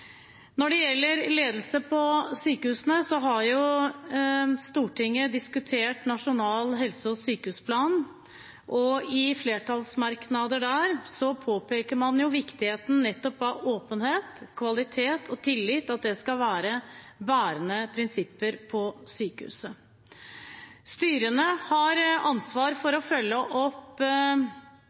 Når det gjelder ledelse i sykehusene, har Stortinget diskutert Nasjonal helse- og sykehusplan, og i flertallsmerknader i forbindelse med den påpeker man viktigheten av at nettopp åpenhet, kvalitet og tillit skal være bærende prinsipper i sykehusene. Styrene har ansvar for å følge opp